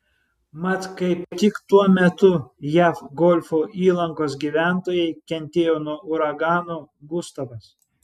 mat kaip tik tuo metu jav golfo įlankos gyventojai kentėjo nuo uragano gustavas